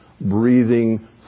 breathing